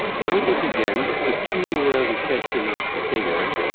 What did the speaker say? notice again the peculiar recession of the figures,